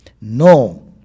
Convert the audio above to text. no